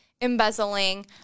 embezzling